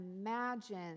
imagine